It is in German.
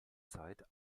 zeit